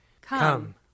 Come